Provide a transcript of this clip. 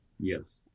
Yes